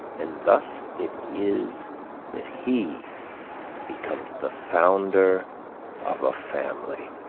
and thus it is that he becomes the founder of a family.